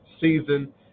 season